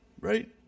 Right